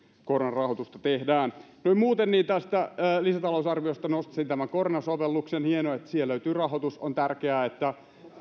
koronarahoitusta tehdään noin muuten tästä lisätalousarviosta nostaisin tämän koronasovelluksen on hienoa että siihen löytyy rahoitus ja on tärkeää että